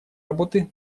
работы